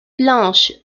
blanche